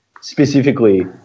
specifically